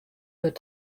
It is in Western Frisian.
wurd